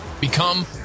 Become